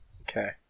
Okay